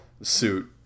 suit